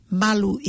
malu